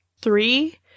three